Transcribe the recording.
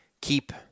keep